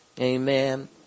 Amen